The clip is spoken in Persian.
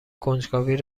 کنجکاوی